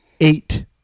Eight